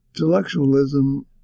intellectualism